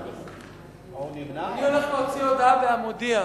אני הולך להוציא הודעה ב"המודיע".